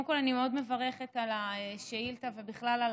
קודם כול אני מאוד מברכת על השאילתה ובכלל על